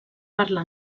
parla